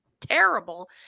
terrible